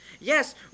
Yes